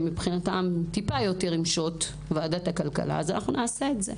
מבחינתם עם טיפה יותר שוט אז אנחנו נעשה את זה.